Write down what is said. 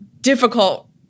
difficult